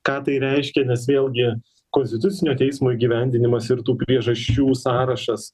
ką tai reiškia nes vėlgi konstitucinio teismo įgyvendinimas ir tų priežasčių sąrašas